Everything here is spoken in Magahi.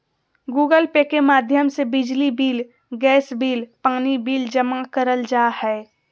गूगल पे के माध्यम से बिजली बिल, गैस बिल, पानी बिल जमा करल जा हय